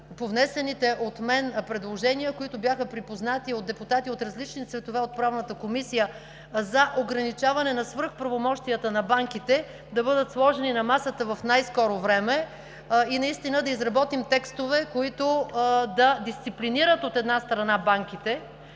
по внесените от мен предложения, които бяха припознати от депутати от различни цветове от Правната комисия – за ограничаване на свръхправомощията на банките, да бъдат сложени на масата в най-скоро време и да изработим текстове, които да дисциплинират от една страна банките,